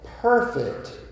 perfect